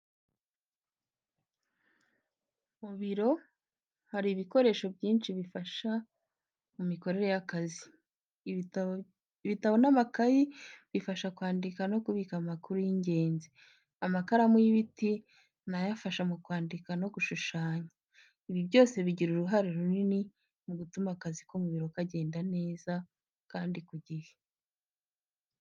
Mu biro, hari ibikoresho byinshi bifasha mu mikorere y'akazi. Ibitabo n'amakayi bifasha kwandika no kubika amakuru y'ingenzi. Amakaramu y'ibiti, nayo afasha mu kwandika no gushushanya. Ibi byose bigira uruhare runini mu gutuma akazi ko mu biro kagenda neza kandi ku gihe.